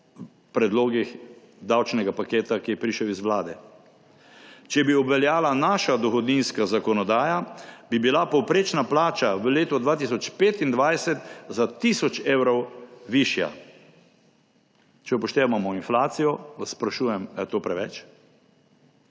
po predlogih davčnega paketa, ki je prišel z vlade. Če bi obveljala naša dohodninska zakonodaja, bi bila povprečna plača v letu 2025 za tisoč evrov višja, če upoštevamo inflacijo. Sprašujem vas, ali je to preveč.